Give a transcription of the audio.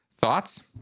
Thoughts